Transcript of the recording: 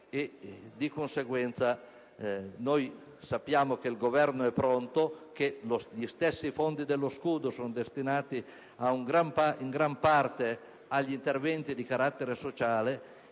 ripartiranno. Sappiamo che il Governo è pronto, che gli stessi fondi dello scudo sono destinati in gran parte agli interventi di carattere sociale,